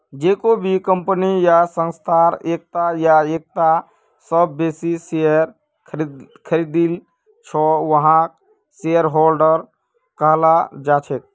जेको भी कम्पनी या संस्थार एकता या एकता स बेसी शेयर खरीदिल छ वहाक शेयरहोल्डर कहाल जा छेक